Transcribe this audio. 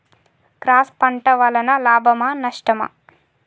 Cross పంట వలన లాభమా నష్టమా?